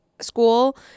school